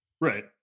Right